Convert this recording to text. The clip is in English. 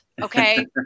Okay